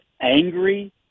angry